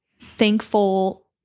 thankful